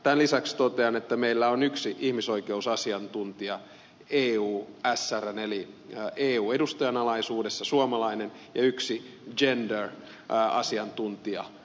tämän lisäksi totean että meillä on yksi suomalainen ihmisoikeusasiantuntija eusrn eli eun erityisedustajan alaisuudessa ja yksi gender asiantuntija eupolissa